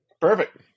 Perfect